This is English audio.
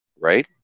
Right